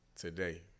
today